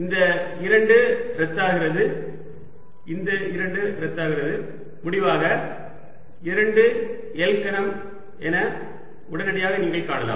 இந்த 2 ரத்தாகிறது இந்த 2 ரத்தாகிறது முடிவாக 2 L கனம் என உடனடியாக நீங்கள் காணலாம்